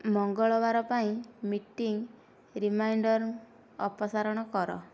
ମଙ୍ଗଳବାର ପାଇଁ meeting reminder ଅପସାରଣ କର